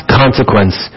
consequence